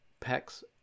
pecs